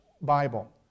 Bible